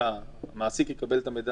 המעסיק יקבל את המידע